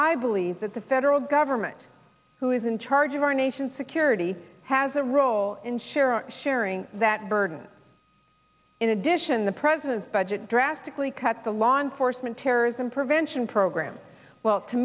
i believe that the federal government who is in charge of our nation's security has a role in sharing sharing that burden in addition the president's budget drastically cut the law enforcement terrorism prevention program well to